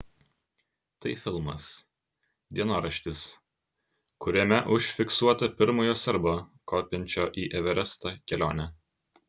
tai filmas dienoraštis kuriame užfiksuota pirmojo serbo kopiančio į everestą kelionė